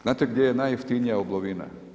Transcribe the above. Znate gdje je najjeftinija oblovina?